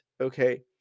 Okay